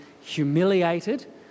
humiliated